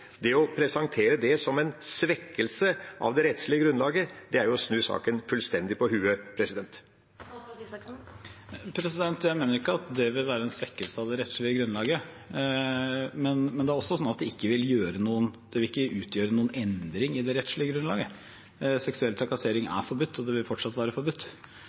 Det å presentere det som en svekkelse av det rettslige grunnlaget er å snu saken fullstendig på hodet. Jeg mener ikke at det ville være en svekkelse av det rettslige grunnlaget. Men det er også sånn at det ikke ville utgjøre noen endring i det rettslige grunnlaget. Seksuell trakassering er forbudt, og det vil fortsatt være forbudt.